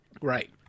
right